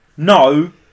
No